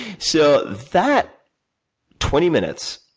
so, that twenty minutes,